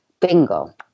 bingo